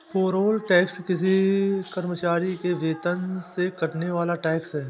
payroll tax किसी कर्मचारी के वेतन से कटने वाला टैक्स है